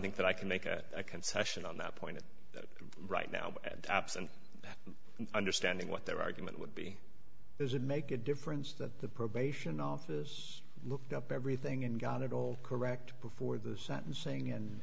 think that i can make a concession on that point that right now absent understanding what their argument would be there's a make a difference that the probation office looked up everything and got it all correct before the sentencing and